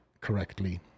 correctly